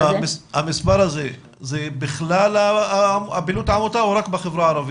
המספר הזה זה כלל פעילות העמותה או רק בחברה הערבית?